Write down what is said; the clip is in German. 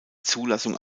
zulassung